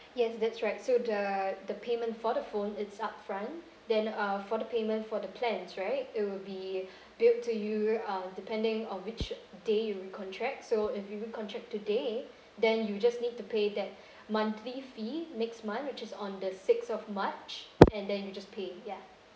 yes that's right so the the payment for the phone it's upfront then uh for the payment for the plans right it will be billed to you uh depending on which day you recontract so if you recontract today then you just need to pay that monthly fee next month which is on the sixth of march and then you just pay ya